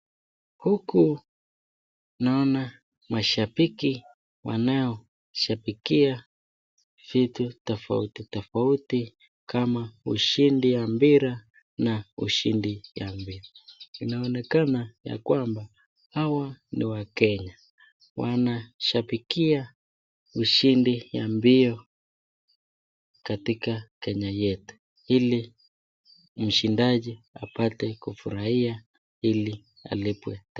Huku, unaona mashabiki wanao shabikia vitu tofauti tofauti, kama ushindi ya mpira na ushindi ya mbio. Inaonekana ya kwamba hawa ni Wakenya. Wanashabikia ushindi ya mbio katika Kenya yetu, ili mshindaji apate kufurahia, ili alipwe.